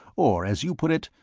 or, as you put it,